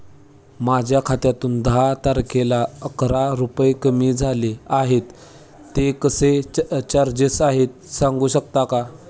माझ्या खात्यातून दहा तारखेला अकरा रुपये कमी झाले आहेत ते कसले चार्जेस आहेत सांगू शकता का?